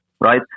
Right